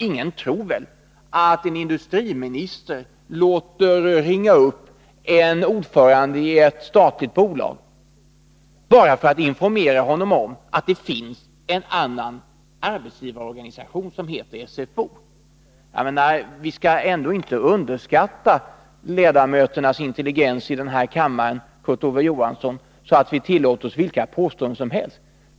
Ingen tror väl att en industriminister låter ringa upp en ordförande i ett statligt bolag bara för att informera honom om att det finns en annan arbetsgivarorganisation, som heter SFO. Vi skall ändå inte underskatta intelligensen hos ledamöterna i den här kammaren, Kurt Ove Johansson, så att vi tillåter oss vilka påståenden som helst.